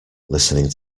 listening